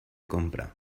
compra